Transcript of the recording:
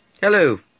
Hello